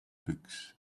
books